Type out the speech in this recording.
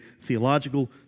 theological